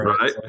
Right